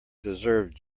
deserve